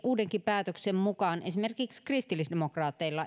uudenkin päätöksen mukaan esimerkiksi kristillisdemokraateilla